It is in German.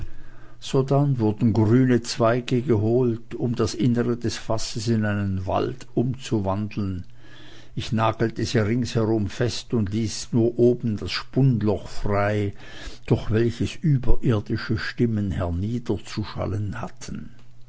sodann wurden grüne zweige geholt um das innere des fasses in einen wald umzuwandeln ich nagelte sie ringsherum fest und ließ nur oben das spundloch frei durch welches überirdische stimmen herniederzuschallen hatten